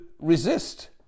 resist